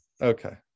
Okay